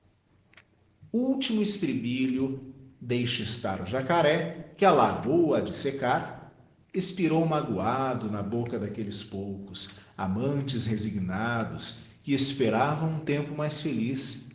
ultimo estribilho deixa estar o jacaré que a lagoa ha de seccar expirou magoado na boca daquelles poucos amantes resignados que esperavam um tempo mais feliz